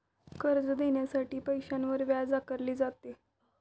कर्ज देण्यासाठी पैशावर व्याज आकारले जाते